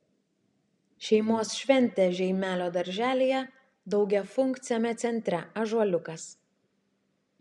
šeimos šventė žeimelio darželyje daugiafunkciame centre ąžuoliukas